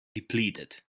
depleted